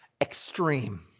extreme